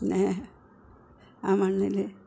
പിന്നേ ആ മണ്ണില്